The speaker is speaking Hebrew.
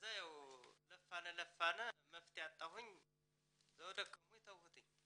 הוא אמר שלקח עורכי דין מהעדה שמדברים את השפה כדי שיהיה לו קל להסביר,